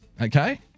okay